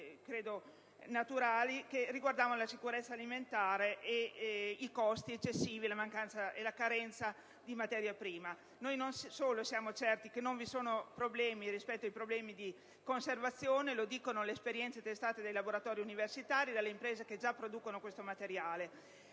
comprensibili che riguardavano la sicurezza alimentare e i costi eccessivi, nonché la carenza di materia prima. Non solo siamo certi che non vi sono problemi rispetto ai problemi di conservazione (lo dicono le esperienze testate dai laboratori universitari, dalle imprese che già producono questo materiale),